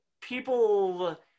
people